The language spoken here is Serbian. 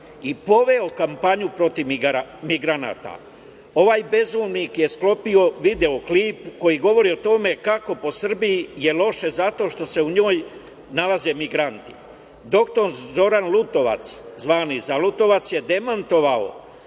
i poveo kampanju protiv migranata. Ovaj bezumnik je sklopio video klip koji govori o tome kako po Srbiji je loše zato što se u njoj nalaze migranti. Doktor Zoran Lutovac, zvani zalutovac, je demantovao